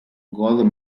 gold